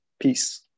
peace